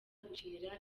gukinira